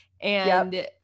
And-